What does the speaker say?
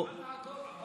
שולחן עגול,